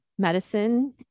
medicine